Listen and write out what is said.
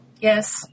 Yes